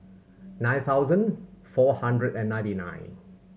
nine thousand four hundred and ninety nine